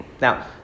Now